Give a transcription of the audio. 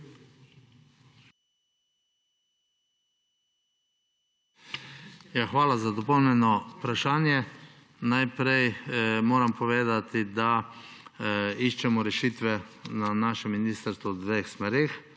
Hvala za dopolnjeno vprašanje. Najprej moram povedati, da iščemo rešitve na našem ministrstvu v dveh smereh.